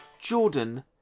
Jordan